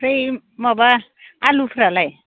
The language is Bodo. फ्राय माबा आलुफ्रालाय